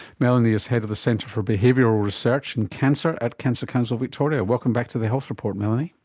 melanie is head of the centre for behavioural research in cancer at cancer council victoria. welcome back to the health report, melanie.